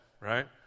right